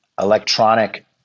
electronic